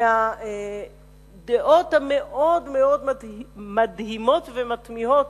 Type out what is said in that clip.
מהדעות המאוד מאוד מדהימות ומתמיהות